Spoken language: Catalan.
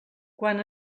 quan